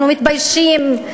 אנחנו מתביישים.